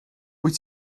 wyt